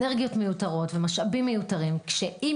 אנרגיות מיותרות ומשאבים מיותרים שאם